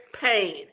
pain